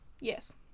yes